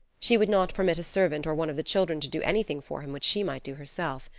she would not permit a servant or one of the children to do anything for him which she might do herself.